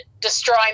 destroy